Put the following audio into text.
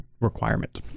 requirement